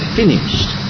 finished